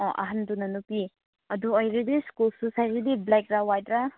ꯑꯣ ꯑꯍꯟꯗꯨꯅ ꯅꯨꯄꯤ ꯑꯗꯨ ꯑꯣꯏꯔꯗꯤ ꯁ꯭ꯀꯨꯜ ꯁꯨꯁ ꯍꯥꯏꯕꯗꯤ ꯕ꯭ꯂꯦꯛꯔ ꯋꯥꯏꯠꯔ